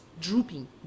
drooping